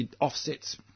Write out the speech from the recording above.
offsets